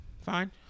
Fine